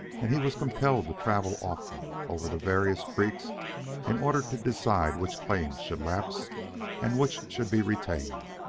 and he was compelled to travel often over the various creeks in order to decide which claims should lapse and which should be retained.